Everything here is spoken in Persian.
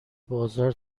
بازار